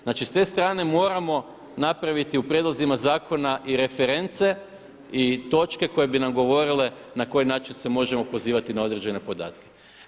Znači, s te strane moramo napraviti u prijedlozima zakona i reference i točke koje bi nam govorile na koji način se možemo pozivati na određene podatke.